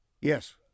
Yes